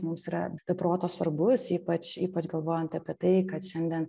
mums yra be proto svarbus ypač ypač galvojant apie tai kad šiandien